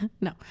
no